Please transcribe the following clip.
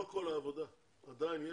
העבודה עדיין.